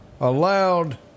allowed